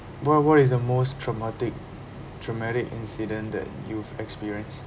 what what is the most traumatic traumatic incident that you've experienced